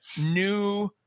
new